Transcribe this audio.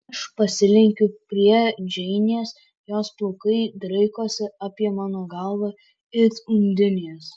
aš pasilenkiu prie džeinės jos plaukai draikosi apie mano galvą it undinės